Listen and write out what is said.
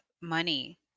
money